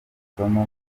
isomo